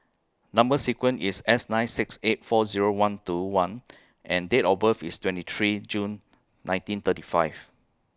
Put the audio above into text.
Number sequence IS S nine six eight four Zero one two one and Date of birth IS twenty three June nineteen thirty five